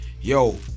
Yo